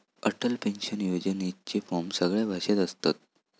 Atal pension योजनेचे form सगळ्या भाषेत असत